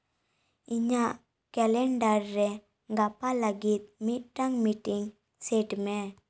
ᱤᱧᱟᱜ ᱠᱮᱞᱮᱱᱰᱟᱨ ᱨᱮ ᱜᱟᱯᱟ ᱞᱟᱹᱜᱤᱫ ᱢᱤᱫᱴᱟᱝ ᱢᱤᱴᱤᱝ ᱥᱮᱴ ᱢᱮ